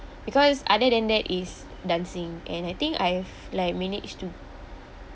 because other than that is dancing and I think I've like manage to